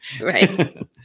Right